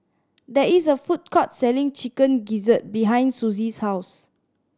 there is a food court selling Chicken Gizzard behind Susie's house